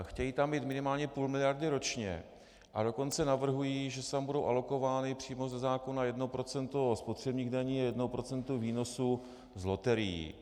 Chtějí tam mít minimálně půl miliardy ročně, a dokonce navrhují, že tam budou alokována přímo ze zákona 1 % spotřebních daní a 1 % výnosu z loterií.